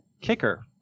kicker